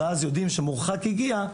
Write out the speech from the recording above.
ואז יודעים שמורחק הגיע,